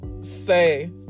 say